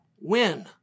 win